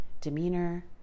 demeanor